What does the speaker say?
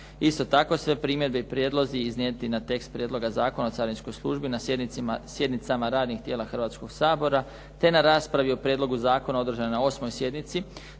Isto tako, sve primjedbe i prijedlozi iznijeti na tekst Prijedloga zakona o carinskoj službi na sjednicama radnih tijela Hrvatskog sabora te na raspravi o prijedlogu zakona održanoj na osmoj sjednici